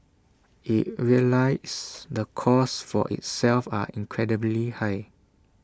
IT realises the costs for itself are incredibly high